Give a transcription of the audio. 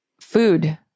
food